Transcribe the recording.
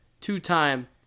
Two-Time